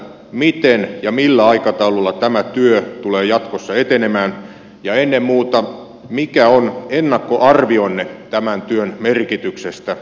miten ja millä aikataululla tämä työ tulee jatkossa etenemään ja ennen muuta mikä on ennakkoarvionne tämän työn merkityksestä